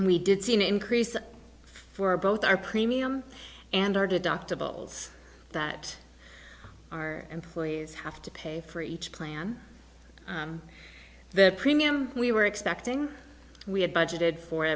we did see an increase for both our premium and our deductibles that our employees have to pay for each plan the premium we were expecting and we had budgeted for